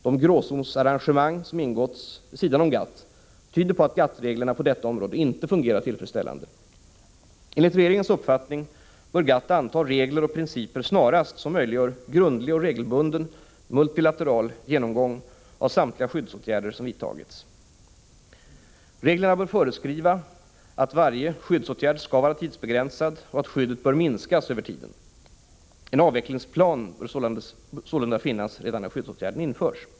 De gråzonsarrangemang som ingåtts vid sidan om GATT tyder på att GATT reglerna på detta område inte fungerar tillfredsställande. Enligt regeringens uppfattning bör GATT anta regler och principer snarast som möjliggör grundlig och regelbunden multilateral genomgång av samtliga skyddsåtgärder som vidtagits. Reglerna bör föreskriva att varje skyddsåtgärd skall vara tidsbegränsad och att skyddet bör minskas över tiden. En avvecklingsplan bör således finnas redan när skyddsåtgärden införs.